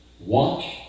watch